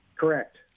Correct